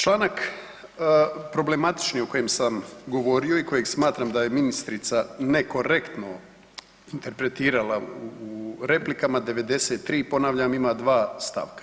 Članak problematični o kojem sam govorio i kojeg smatram da je ministrica nekorektno interpretirala u replikama 93. ponavljam, ima 2 stavka.